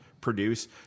produce